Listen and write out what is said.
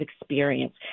experience